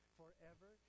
forever